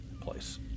place